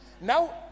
Now